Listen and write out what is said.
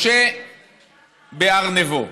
משה בהר נבו.